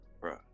bro